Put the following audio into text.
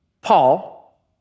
Paul